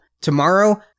Tomorrow